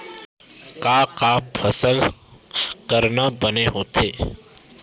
का का फसल करना बने होथे?